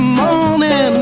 morning